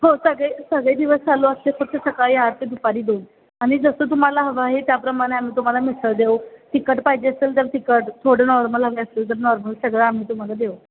हो सगळे सगळे दिवस चालू असते फक्त सकाळी आठ ते दुपारी दोन आणि जसं तुम्हाला हवं आहे त्याप्रमाणे आम्ही तुम्हाला मिसळ देऊ तिखट पाहिजे असेल तर तिखट थोडं नॉर्मल हवे असेल तर नॉर्मल सगळं आम्ही तुम्हाला देऊ